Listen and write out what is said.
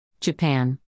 Japan